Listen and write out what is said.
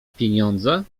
pieniądze